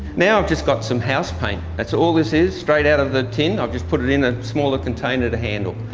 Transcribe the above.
now i've just got some house paint, that's all this is straight out of the tin i've just put it in a smaller container to handle.